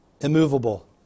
immovable